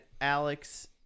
alex